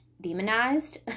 demonized